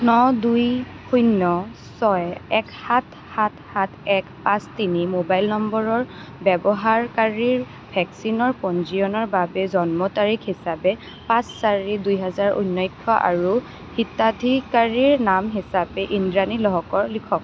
ন দুই শূণ্য় ছয় এক সাত সাত সাত এক পাঁচ তিনি মোবাইল নম্বৰৰ ব্যৱহাৰকাৰীৰ ভেকচিনৰ পঞ্জীয়নৰ বাবে জন্ম তাৰিখ হিচাপে পাঁচ চাৰি দুহেজাৰ ঊনৈছ আৰু হিতাধিকাৰীৰ নাম হিচাপে ইন্দ্ৰাণী লহকৰ লিখক